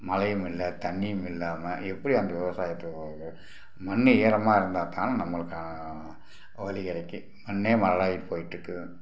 மழையும் இல்லை தண்ணியும் இல்லாமல் எப்படி அந்த விவசாயத்தை மண் ஈரமாக இருந்தால் தான் நம்மளுக்கான வழி கிடைக்கிம் மண்ணே மலடாகிட்டு போயிட்டிருக்குது